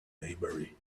maybury